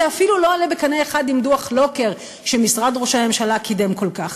זה אפילו לא עולה בקנה אחד עם דוח לוקר שמשרד ראש הממשלה קידם כל כך.